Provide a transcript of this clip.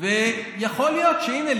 ויכול להיות שהינה,